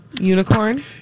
Unicorn